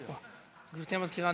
2443,